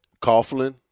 Coughlin